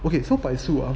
okay so 百数 ah